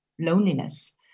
loneliness